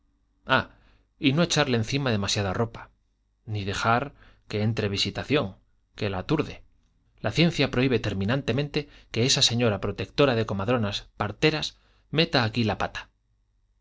ah y no echarle encima demasiada ropa ni dejar que entre visitación que la aturde la ciencia prohíbe terminantemente que esa señora protectora de comadronas parteras meta aquí la pata